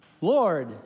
Lord